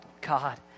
God